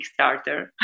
Kickstarter